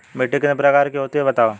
मिट्टी कितने प्रकार की होती हैं बताओ?